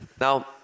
Now